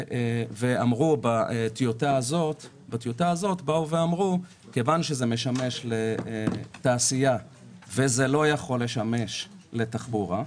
ואמרו בטיוטה הזו שכיוון שזה משמש לתעשייה וזה לא יכול לשמש לתחבורה,